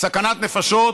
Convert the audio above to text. סכנת נפשות,